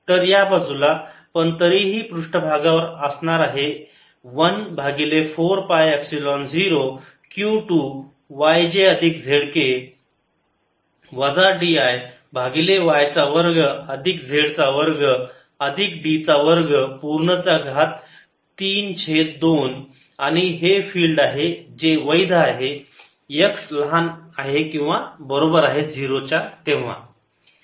तर या बाजूला पण तरीही पृष्ठभागावर असणार आहे 1 भागिले 4 pi epsilon zero q 2 y j अधिक z k वजा d i भागिले y चा वर्ग अधिक z चा वर्ग अधिक d चा वर्ग पूर्ण चा घात 3 छेद 2 आणि हे ते फिल्ड आहे जे वैध आहे x लहान आहे किंवा बरोबर आहे 0 च्या